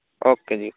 okay ji okay